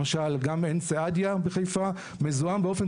למשל גם עין סעדיה בחיפה מזוהם באופן